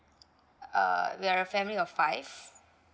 uh we are a family of five